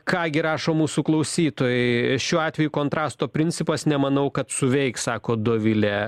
ką gi rašo mūsų klausytojai šiuo atveju kontrasto principas nemanau kad suveiks sako dovile